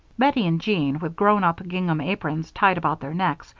bettie and jean, with grown-up gingham aprons tied about their necks,